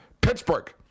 Pittsburgh